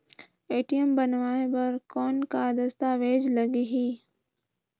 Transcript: ATM बनवाय बर कौन का दस्तावेज लगही?